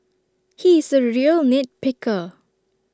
he is A real nit picker